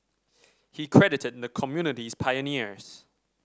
he credited the community's pioneers